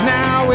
now